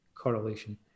correlation